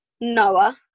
Noah